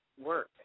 work